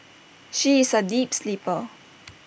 she is A deep sleeper